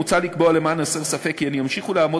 מוצע לקבוע למען הסר ספק כי הן ימשיכו לעמוד